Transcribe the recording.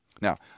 Now